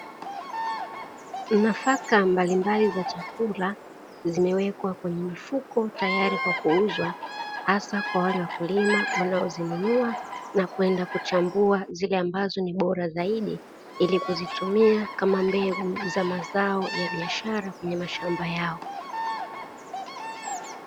Nafaka mbalimbali za chakula zimewekwa kwenye mifuko tayari kwa kuuzwa hasa kwa wale wakulima wanaozinunua na kuchambua zilizobora zaidi ili kuzitumia kama mbegu za mazao ya biashara kwenye mashamba yao.